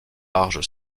large